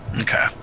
Okay